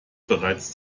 bereits